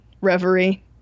reverie